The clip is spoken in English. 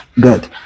good